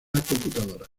computadora